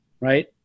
right